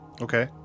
okay